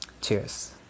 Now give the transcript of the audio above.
cheers